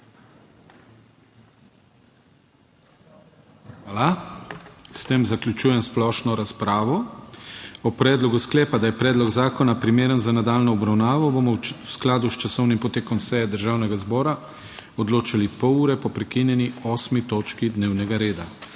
Hvala. S tem zaključujem splošno razpravo. O predlogu sklepa, da je predlog zakona primeren za nadaljnjo obravnavo bomo v skladu s časovnim potekom seje Državnega zbora odločali pol ure po prekinjeni 8. točki dnevnega reda.